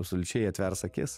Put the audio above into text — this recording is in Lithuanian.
absoliučiai atvers akis